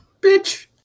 Bitch